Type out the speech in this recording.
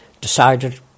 decided